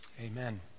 Amen